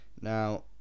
Now